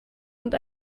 und